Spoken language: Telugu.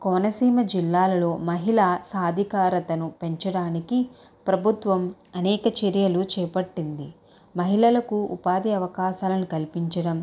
కోనసీమ జిల్లాలలో మహిళ సాధికారతను పెంచడానికి ప్రభుత్వం అనేక చర్యలు చేపట్టింది మహిళలకు ఉపాధి అవకాశాలను కల్పించడం